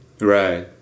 Right